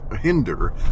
Hinder